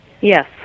Yes